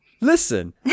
Listen